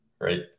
right